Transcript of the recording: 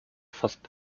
fast